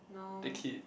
the kid